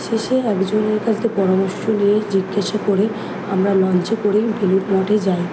শেষে একজনের কাছ থেকে পরামর্শ নিয়ে জিজ্ঞেসা করে আমরা লঞ্চে করে বেলুড় মঠে যাই